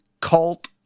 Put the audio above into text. cult